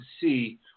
see